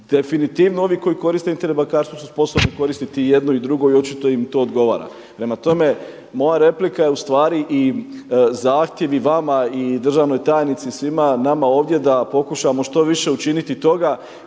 definitivno ovi koji koriste Internet bankarstvo su sposobni koristiti i jedno i drugo i očito im to odgovara. Prema tome, moja replika je u stvari i zahtjev i vama i državnoj tajnici i svima nama ovdje da pokušamo što više učiniti toga